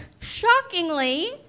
shockingly